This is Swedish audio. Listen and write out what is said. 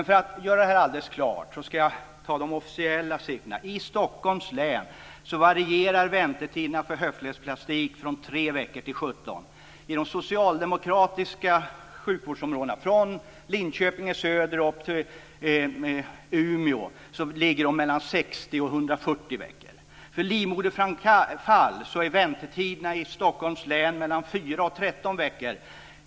För att göra det alldeles klart ska jag ta de officiella siffrorna. I Stockholms län varierar väntetiderna för höftledsplastik från 3 veckor till 17 veckor. I de socialdemokratiskt styrda sjukvårdsområdena från Linköping i söder till upp Umeå ligger de på 60-140 veckor. För livmoderframfall är väntetiderna i Stockholms län 4-13 veckor.